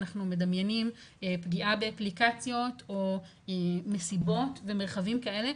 אנחנו מדמיינים פגיעה באפליקציות או מסיבות ומרחבים כאלה,